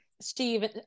steve